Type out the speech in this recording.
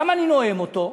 למה אני נואם אותו?